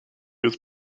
was